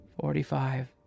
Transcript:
forty-five